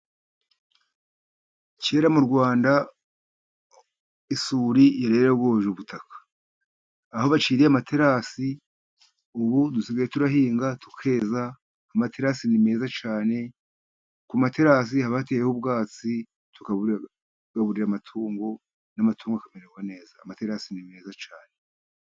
Kera mu Rwanda isuri yari yarayogoje ubutaka. Aho baciriye amaterasi, ubu dusigaye turahinga tukeza. Amaterasi ni meza cyane. Ku materasi haba hateyeho ubwatsi tugaburira amatungo n'amatungo akamererwa neza, amaterasi ni meza cyane.